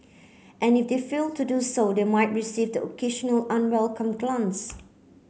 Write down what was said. and if they fail to do so they might receive the occasional unwelcome glance